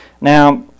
Now